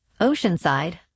Oceanside